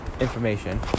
information